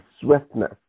swiftness